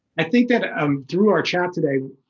i think that um through our chat today,